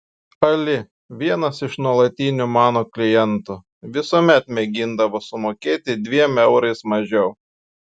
ali vienas iš nuolatinių mano klientų visuomet mėgindavo sumokėti dviem eurais mažiau